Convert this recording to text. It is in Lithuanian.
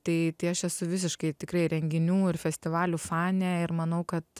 tai tai aš esu visiškai tikrai renginių ir festivalių fanė ir manau kad